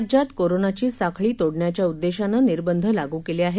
राज्यात कोरोनाची साखळी तोडण्याच्या उद्देशाने निर्बंध लागू केले आहेत